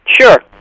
Sure